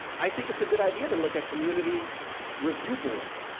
i think it's a good idea to look at community review boards,